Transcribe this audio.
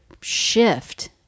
shift